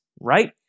right